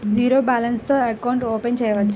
Zero balance తో account open చేయవచ్చు?